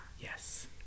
Yes